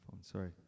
sorry